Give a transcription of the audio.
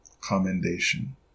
commendation